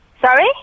Sorry